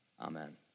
Amen